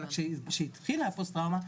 אבל שהתחילה הפוסט טראומה,